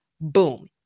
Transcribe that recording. Boom